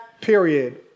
period